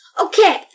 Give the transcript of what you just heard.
Okay